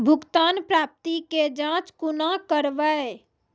भुगतान प्राप्ति के जाँच कूना करवै?